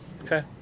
Okay